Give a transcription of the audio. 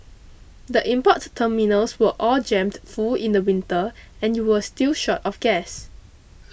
the import terminals were all jammed full in the winter and you were still short of gas